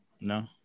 No